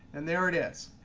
and there it is.